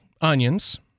onions